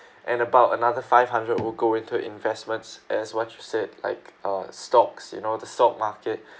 and about another five hundred will go into investments as what you said like uh stocks you know the stock market